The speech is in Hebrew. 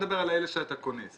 בוא נדבר על אלה שאתה קונס.